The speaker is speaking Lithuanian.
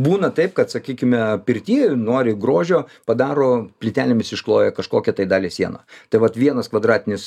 būna taip kad sakykime pirty nori grožio padaro plytelėmis iškloja kažkokią tai dalį sieną tai vat vienas kvadratinis